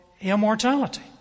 immortality